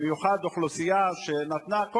במיוחד אוכלוסייה שנתנה,